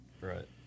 right